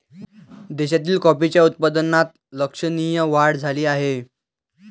देशातील कॉफीच्या उत्पादनात लक्षणीय वाढ झाला आहे